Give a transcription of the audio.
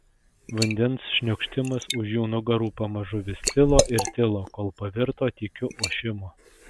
vandens šniokštimas už jų nugarų pamažu vis tilo ir tilo kol pavirto tykiu ošimu